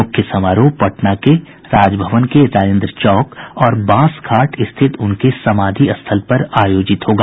मुख्य समारोह पटना में राजभवन के राजेन्द्र चौक और बांस घाट स्थित उनके समाधि स्थल पर आयोजित होगा